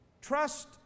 Trust